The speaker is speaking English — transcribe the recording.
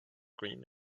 green